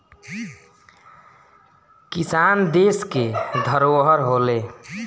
किसान देस के धरोहर होलें